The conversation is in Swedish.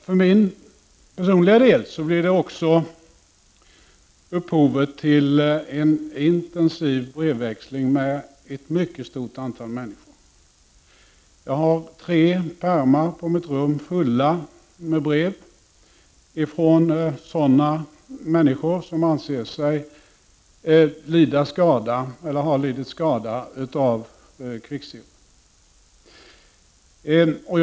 För min personliga del blev det också upphovet till en intensiv brevväxling med ett mycket stort antal människor. Jag har tre pärmar i mitt rum fulla med brev från sådana människor som anser sig ha lidit skada av kvicksilver.